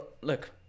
Look